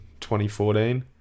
2014